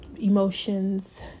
emotions